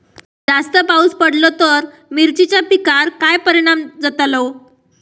जास्त पाऊस पडलो तर मिरचीच्या पिकार काय परणाम जतालो?